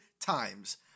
times